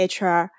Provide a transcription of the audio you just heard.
HR